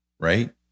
right